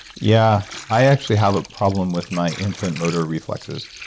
yeah, i actually have a problem with my infant motor reflexes.